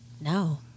No